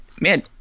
man